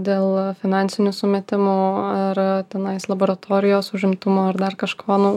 dėl finansinių sumetimų ar tenais laboratorijos užimtumo ar dar kažko nu